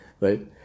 right